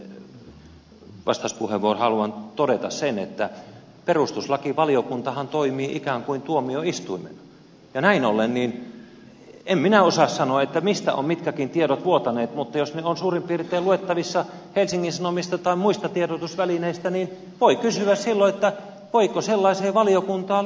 södermanin vastauspuheenvuoroon haluan todeta sen että perustuslakivaliokuntahan toimii ikään kuin tuomioistuimena ja näin ollen en minä osaa sanoa mistä ovat mitkäkin tiedot vuotaneet mutta jos ne ovat suurin piirtein luettavissa helsingin sanomista tai muista tiedotusvälineistä niin voi kysyä silloin voiko sellaiseen valiokuntaan luottaa